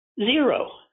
zero